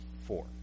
four